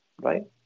right